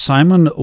Simon